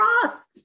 cross